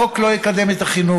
החוק לא יקדם את החינוך.